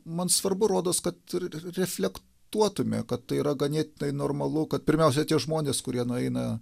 man svarbu rodos kad ir reflektuotume kad tai yra ganėtinai normalu kad pirmiausia tie žmonės kurie nueina